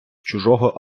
чужого